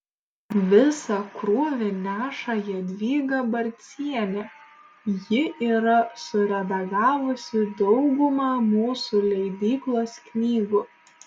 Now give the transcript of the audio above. visą krūvį neša jadvyga barcienė ji yra suredagavusi daugumą mūsų leidyklos knygų